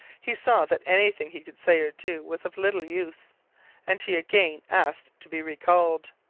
he saw that anything he could say or do was of little use and he again asked to be recalled.